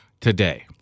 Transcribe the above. today